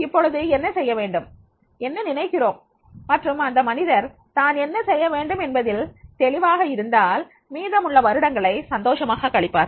இப்பொழுது என்ன செய்ய வேண்டும் என்று நினைக்கிறோம் மற்றும் அந்த மனிதர் தான் என்ன செய்ய வேண்டும் என்பதில் தெளிவாக இருந்தால் மீதமுள்ள வருடங்களை சந்தோஷமாக கழிப்பார்கள்